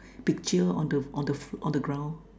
picture on the f~ on the ground